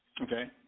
Okay